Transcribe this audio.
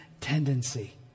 tendency